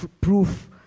proof